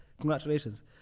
congratulations